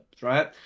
right